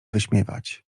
wyśmiewać